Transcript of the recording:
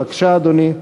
בבקשה, אדוני.